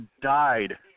died